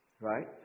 right